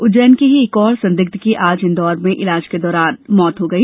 उज्जैन के ही एक और संदिग्ध की आज इंदौर में इलाज के दौरान मृत्यु हो गई